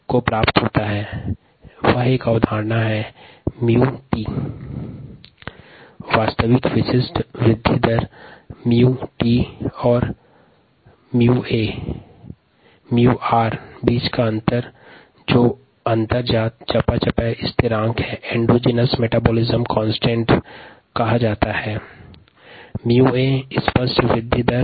𝜇𝑇 अवलोकित विशिष्ट वृद्धि दर और 𝜇𝐴 अवलोकित स्पष्ट विशिष्ट वृद्धि दर के मध्य का अंतर 𝑘𝑒 एंडोजेनिक मेटाबोलिक कांस्टेंट कहलाता है